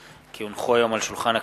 כי הונחו היום על שולחן הכנסת,